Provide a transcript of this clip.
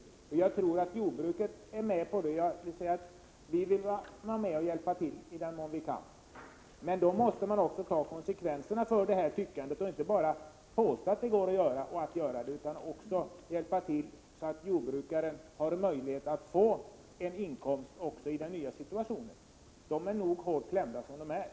Jag tror nämligen att jordbruket vill hjälpa till i den mån det kan. Men då måste man också ta konsekvenserna för detta tyckande och inte bara påstå att det går, utan man måste se till att jordbrukarna har möjlighet att få tillräckliga inkomster när detta införs. De är hårt klämda redan nu.